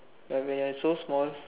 but when you're so small